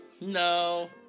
no